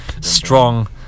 strong